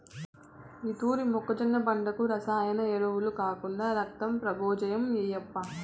ఈ తూరి మొక్కజొన్న పంటకు రసాయన ఎరువులు కాకుండా రక్తం ప్రబోజనం ఏయప్పా